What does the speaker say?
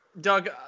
Doug